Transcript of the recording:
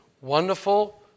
wonderful